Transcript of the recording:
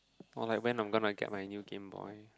or like when I'm gonna get my new GameBoy